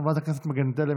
חברת הכנסת מגן תלם,